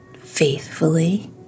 faithfully